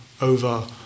over